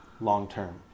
long-term